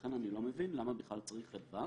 ולכן אני לא מבין למה צריך את (ו).